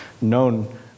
known